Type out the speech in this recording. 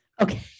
Okay